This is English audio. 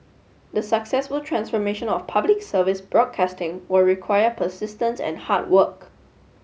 the successful transformation of Public Service broadcasting will require persistence and hard work